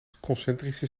concentrische